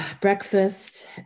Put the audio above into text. breakfast